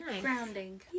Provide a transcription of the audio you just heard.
Grounding